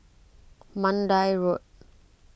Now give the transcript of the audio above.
Mandai Road